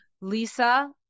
Lisa